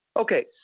Okay